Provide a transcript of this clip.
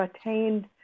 attained